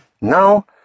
Now